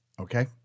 Okay